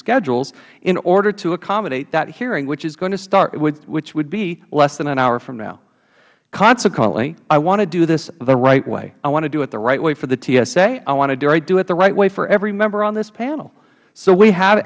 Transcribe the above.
schedules in order to accommodate that hearing which is going to start which would be less than an hour from now consequently i want to do this the right way i want to do it the right way for the tsa i want to do it the right way for every member on this panel so we have